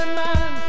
man